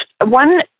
One